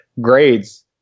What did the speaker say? grades